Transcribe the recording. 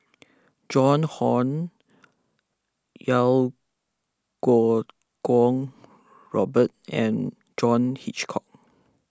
Joan Hon Iau Kuo Kwong Robert and John Hitchcock